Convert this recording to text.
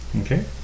Okay